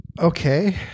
Okay